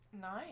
Nice